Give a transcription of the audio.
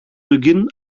beginn